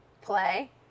play